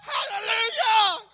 Hallelujah